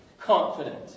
confident